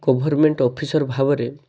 government officer ଭାବରେ